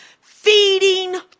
feeding